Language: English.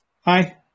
Hi